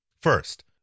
First